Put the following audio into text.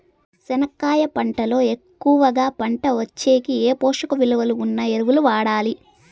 చెనక్కాయ పంట లో ఎక్కువగా పంట వచ్చేకి ఏ పోషక విలువలు ఉన్న ఎరువులు వాడాలి?